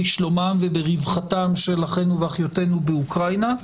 בשלומם וברווחתם של אחינו ואחיותינו באוקראינה,